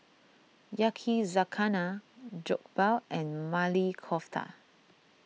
Yakizakana Jokbal and Maili Kofta